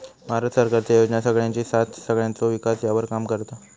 भारत सरकारचे योजना सगळ्यांची साथ सगळ्यांचो विकास ह्यावर काम करता